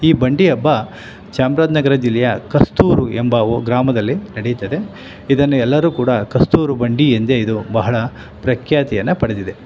ಈ ಬಂಡಿ ಹಬ್ಬ ಚಾಮರಾಜನಗರ ಜಿಲ್ಲೆಯ ಕಸ್ತೂರು ಎಂಬ ಊ ಗ್ರಾಮದಲ್ಲಿ ನಡಿಯುತ್ತದೆ ಇದನ್ನು ಎಲ್ಲರೂ ಕೂಡ ಕಸ್ತೂರು ಬಂಡಿ ಎಂದೇ ಇದು ಬಹಳ ಪ್ರಖ್ಯಾತಿಯನ್ನು ಪಡೆದಿದೆ